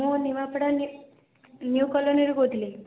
ମୁଁ ନିମାପଡ଼ା ନି ନ୍ୟୁ କଲୋନୀରୁ କହୁଥିଲି